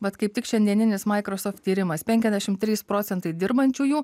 vat kaip tik šiandieninis maikrosoft tyrimas penkiasdešim trys procentai dirbančiųjų